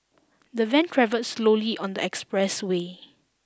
the van travelled slowly on the expressway